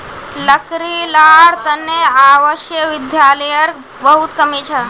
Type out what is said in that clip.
लड़की लार तने आवासीय विद्यालयर बहुत कमी छ